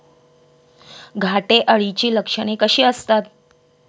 घाटे अळीची लक्षणे कशी असतात?